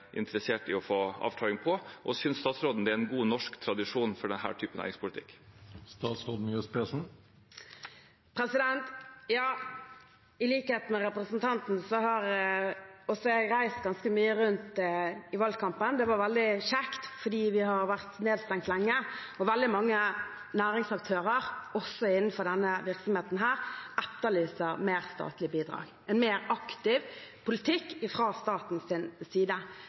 interessert i å få en avklaring på. Synes statsråden det er en god norsk tradisjon for denne typen næringspolitikk? I likhet med representanten har også jeg reist ganske mye rundt i valgkampen. Det var veldig kjekt, fordi vi har vært nedstengt lenge, og veldig mange næringsaktører – også innenfor denne virksomheten – etterlyser mer statlige bidrag, en mer aktiv politikk fra statens side,